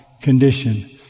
condition